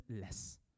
less